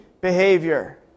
behavior